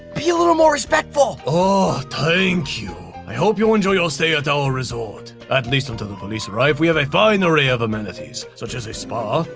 be a little more respectful. sekimori oh, thank you. i hope you enjoy your stay at our resort. at least until the police arrive. we have a fine array of amenities, such as a spa,